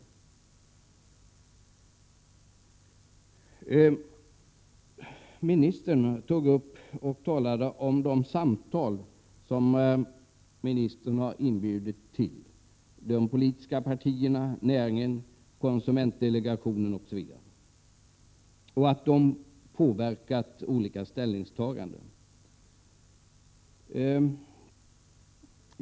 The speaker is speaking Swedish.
Jordbruksministern talade om de samtal till vilka han hade inbjudit de politiska partierna, jordbruksnäringen, konsumentdelegationen osv., och sade att de hade påverkat till olika ställningstaganden.